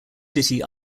city